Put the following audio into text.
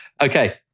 Okay